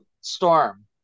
storm